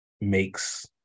makes